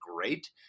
great